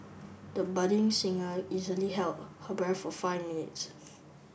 the budding singer easily held her breath for five minutes